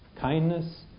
kindness